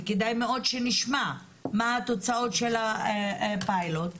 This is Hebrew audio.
וכדאי מאוד שנשמע מה התוצאות של הפיילוט.